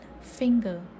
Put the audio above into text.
finger